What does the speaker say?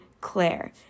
Claire